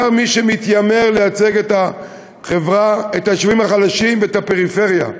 בעיקר מי שמתיימר לייצג את היישובים החלשים והפריפריה,